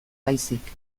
baizik